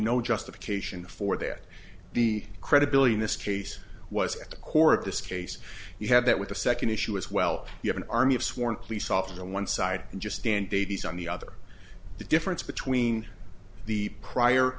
no justification for that the credibility in this case was at the core of this case you have that with the second issue as well you have an army of sworn police officers on one side and just can't davies on the other the difference between the prior